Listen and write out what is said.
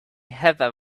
heather